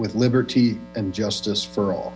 with liberty and justice for all